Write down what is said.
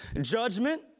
judgment